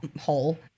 hole